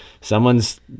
someone's